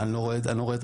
אני לא רואה את השינוי,